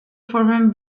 former